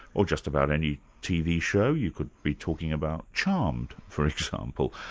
or just about any tv show. you could be talking about charmed for example.